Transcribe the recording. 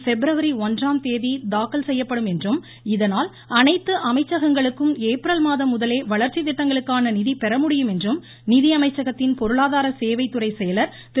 பிப்ரவரி ஒன்றாம்தேதி தாக்கல் செய்யப்படும் என்றும் இதனால் அனைத்து அமைச்சகங்களுக்கும் ஏப்ரல் மாதம் முதலே வளர்ச்சி திட்டங்களுக்கான நிதி பெறமுடியும் என்றும் நிதியமைச்சகத்தின் பொருளாதார சேவை துறை செயலர் திரு